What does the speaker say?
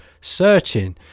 searching